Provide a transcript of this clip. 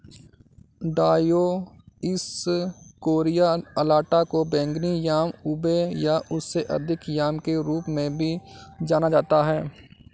Dioscorea alata को बैंगनी yam ube या उससे अधिक याम के रूप में भी जाना जाता है